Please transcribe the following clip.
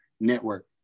network